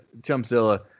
Chumzilla